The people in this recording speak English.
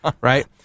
Right